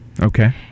Okay